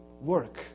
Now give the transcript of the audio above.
work